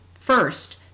First